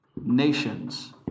nations